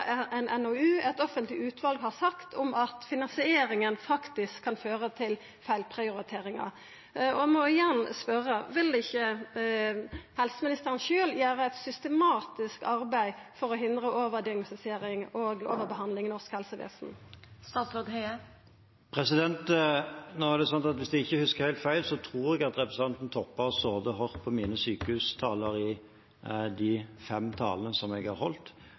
har sagt, om at finansieringa faktisk kan føra til feilprioriteringar. Eg må igjen spørja: Vil ikkje helseministeren sjølv gjera eit systematisk arbeid for å hindra overdiagnostisering og overbehandling i norsk helsevesen? Hvis jeg ikke husker helt feil, har representanten Toppe hørt på mine sykehustaler, de fem talene som jeg har holdt,